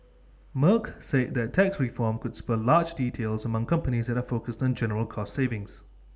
Merck said that tax reform could spur large deals among companies that are focused on general cost savings